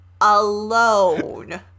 alone